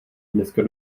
dneska